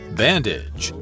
bandage